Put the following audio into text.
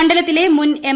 മണ്ഡലത്തിലെ മുൻ എം